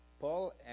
Paul